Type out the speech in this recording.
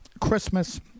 Christmas